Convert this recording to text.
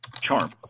charm